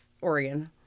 Oregon